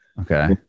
okay